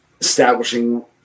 establishing